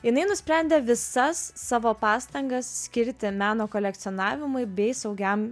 jinai nusprendė visas savo pastangas skirti meno kolekcionavimui bei saugiam